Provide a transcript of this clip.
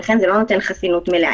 ולכן זה לא נותן חסינות מלאה.